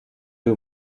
you